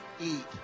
eat